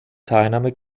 teilnahme